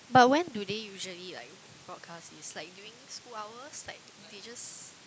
but when do they usually like broadcast this like during school hours like they just